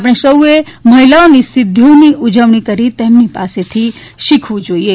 આપણે સૌએ મહિલાઓની સિદ્ધિઓની ઉજવણી કરી તેમની પાસે શીખવું જોઇએ